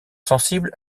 sensibles